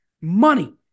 Money